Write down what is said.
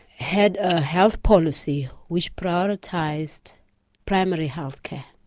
had a health policy which prioritised primary health care,